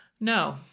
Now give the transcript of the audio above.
No